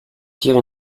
tire